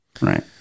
right